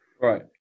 Right